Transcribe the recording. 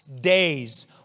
days